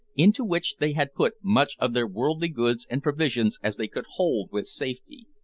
into which they had put much of their worldly goods and provisions as they could hold with safety.